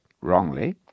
wrongly